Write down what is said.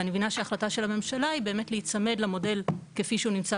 ואני מבינה שההחלטה של הממשלה היא באמת להיצמד למודל כפי שהוא נמצא